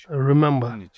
Remember